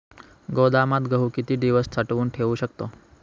गोदामात गहू किती दिवस साठवून ठेवू शकतो?